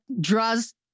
draws